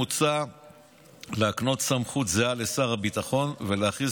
מוצע להקנות סמכות זהה לשר הביטחון ולהכריז